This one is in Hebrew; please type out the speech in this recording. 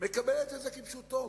מקבלת את זה כפשוטו.